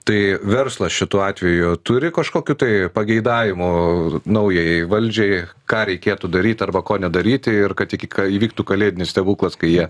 tai verslas šituo atveju turi kažkokių tai pageidavimų naujajai valdžiai ką reikėtų daryt arba ko nedaryti ir kad iki ka įvyktų kalėdinis stebuklas kai jie